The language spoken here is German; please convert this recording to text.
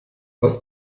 was